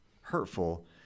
hurtful